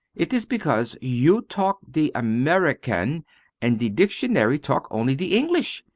it is because you talk the american and the dictionary talk only the english.